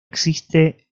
existe